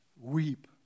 weep